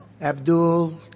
Abdul